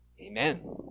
Amen